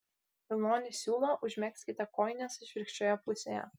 vilnonį siūlą užmegzkite kojinės išvirkščioje pusėje